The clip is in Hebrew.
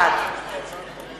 בעד